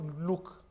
look